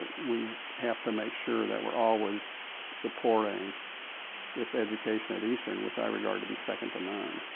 we have to make sure that we're always supporting this education at eastern which i regard to be second to none.